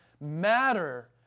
matter